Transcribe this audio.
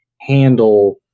handle